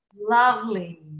Lovely